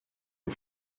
aux